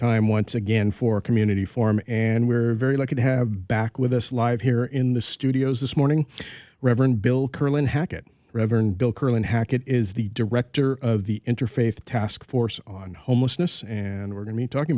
time once again for community form and we're very lucky to have back with us live here in the studios this morning reverend bill curlin hacket reverend bill curran hackett is the director of the interfaith task force on homelessness and we're going to talk